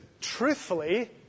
truthfully